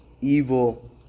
evil